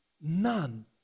none